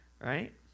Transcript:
Right